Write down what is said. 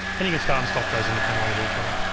and you can start and stop those independently of each other.